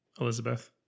elizabeth